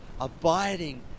abiding